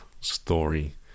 story